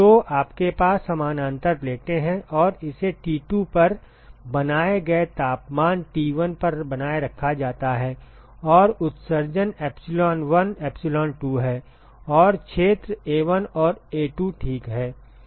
तो आपके पास समानांतर प्लेटें हैं और इसे T2 पर बनाए गए तापमान T1 पर बनाए रखा जाता है और उत्सर्जन epsilon1 epsilon2 है और क्षेत्र A1 और A2 ठीक है